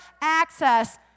access